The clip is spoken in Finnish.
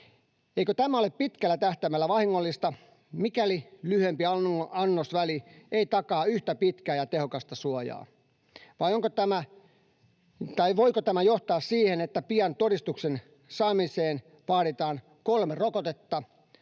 Eikö tämä ole pitkällä tähtäimellä vahingollista, mikäli lyhyempi annosväli ei takaa yhtä pitkää ja tehokasta suojaa, ja voiko tämä johtaa siihen, että pian todistuksen saamiseen vaaditaan kolme rokotetta,